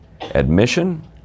admission